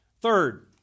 Third